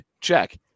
Check